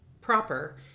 proper